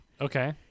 Okay